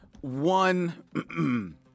One